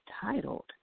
titled